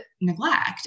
neglect